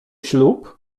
ślub